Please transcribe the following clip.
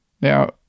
Now